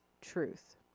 truth